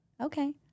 Okay